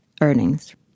earnings